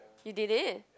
you did it